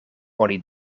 oni